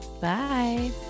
Bye